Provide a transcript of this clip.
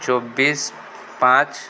ଚବିଶ ପାଞ୍ଚ